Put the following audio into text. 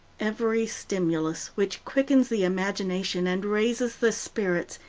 every stimulus which quickens the imagination and raises the spirits,